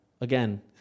again